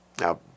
Now